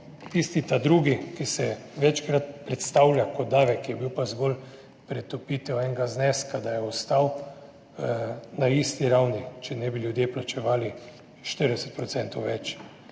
tisti drugi, ki se večkrat predstavlja kot davek, je bil pa zgolj pretopitev enega zneska, da je ostal na isti ravni, če ne bi ljudje plačevali 40 % več.